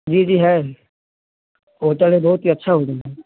जी जी है होटल है बहुत ही अच्छा होटल है